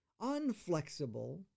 unflexible